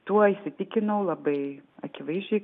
tuo įsitikinau labai akivaizdžiai